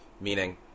Meaning